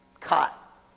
caught